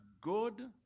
good